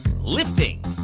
lifting